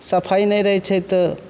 सफाइ नहि रहय छै तऽ